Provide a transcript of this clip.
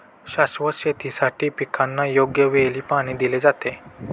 शाश्वत शेतीसाठी पिकांना योग्य वेळी पाणी दिले जाते